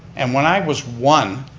and when i was one,